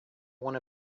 one